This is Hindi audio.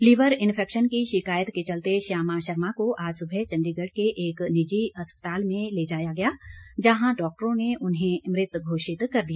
लीवर इनफेक्शन की शिकायत के चलते श्यामा शर्मा को आज सुबह चंडीगढ़ के एक निजी अस्पताल में ले जाया गया जहां डॉक्टरों ने उन्हें मृत घोषित कर दिया